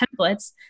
templates